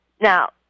Now